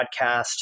podcast